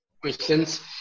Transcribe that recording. questions